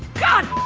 god